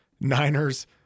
Niners